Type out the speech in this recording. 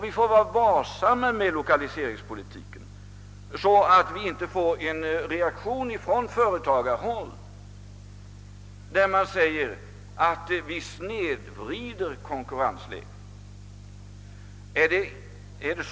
Vi måste vara varsamma inom lokaliseringspolitiken så att vi inte får en reaktion ifrån företagarhåll som går ut på att vi snedvrider konkurrensläget.